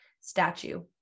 statue